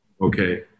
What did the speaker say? okay